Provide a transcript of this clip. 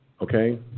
okay